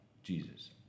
Jesus